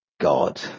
God